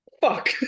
Fuck